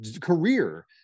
career